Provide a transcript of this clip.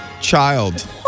child